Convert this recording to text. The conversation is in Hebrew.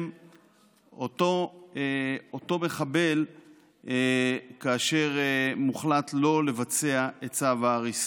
אותו מחבל כאשר מוחלט לא לבצע את צו ההריסה.